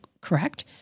correct